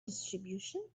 distribution